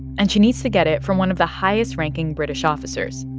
and she needs to get it from one of the highest-ranking british officers,